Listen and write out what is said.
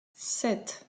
sept